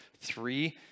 three